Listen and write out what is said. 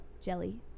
jelly